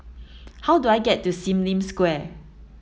how do I get to Sim Lim Square